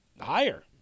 higher